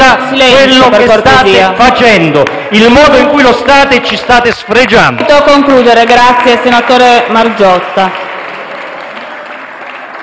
quello che state facendo e il modo in cui lo state e ci state sfregiando.